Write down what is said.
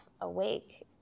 awake